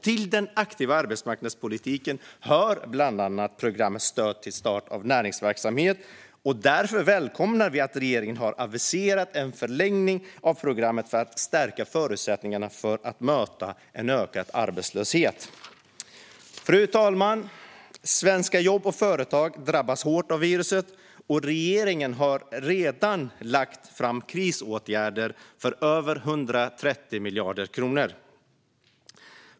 Till den aktiva arbetsmarknadspolitiken hör bland annat programmet Stöd till start av näringsverksamhet, och därför välkomnar vi att regeringen har aviserat en förlängning av programmet för att stärka förutsättningarna att möta en ökad arbetslöshet. Fru talman! Svenska jobb och företag drabbas hårt av viruset, och regeringen har redan lagt fram krisåtgärder för över 130 miljarder kronor.